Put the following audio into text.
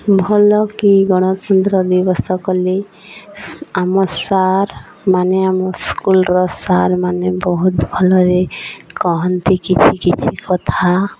ଭଲକି ଗଣତନ୍ତ୍ର ଦିବସ କଲେ ଆମ ସାର୍ ମାନେ ଆମ ସ୍କୁଲର ସାର୍ ମାନେ ବହୁତ ଭଲରେ କହନ୍ତି କିଛି କିଛି କଥା